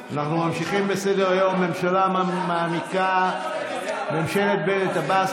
אנחנו ממשיכים בסדר-היום: ממשלת בנט-עבאס